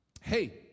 Hey